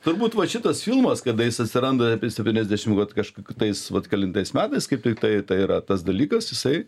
turbūt vat šitas filmas kada jis atsiranda apie septyniasdešimt vat kaž tais vat kelintais metais kaip tiktai tai yra tas dalykas jisai